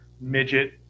midget